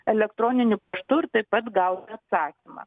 elektroniniu paštu ir taip pat gauti atsakymą